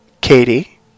Katie